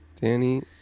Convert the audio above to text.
Danny